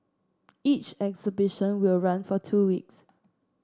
each exhibition will run for two weeks